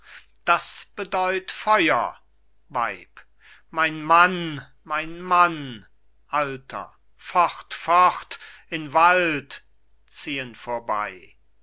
das bedeut feuer weib mein mann mein mann alter fort fort in wald